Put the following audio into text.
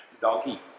Doggy